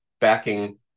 backing